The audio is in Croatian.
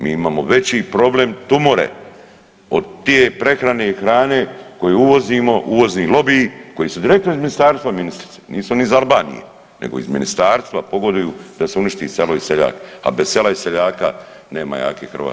Mi imamo veći problem tumore od te prehrane i hrane koju uvozimo uvozni lobi koji su direktno iz ministarstva ministrice, nisu oni iz Albanije nego iz ministarstva pogoduju da se uništi selo i seljak, a bez sela i seljaka nema jake Hrvatske.